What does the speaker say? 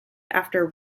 after